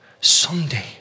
someday